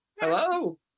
Hello